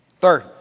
Third